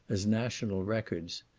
as national records.